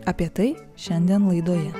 apie tai šiandien laidoje